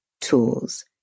tools